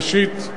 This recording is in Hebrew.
ראשית,